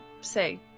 say